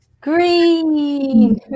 green